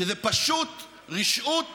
שזה פשוט רשעות